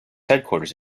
headquarters